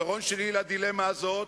הפתרון שלי לדילמה הזאת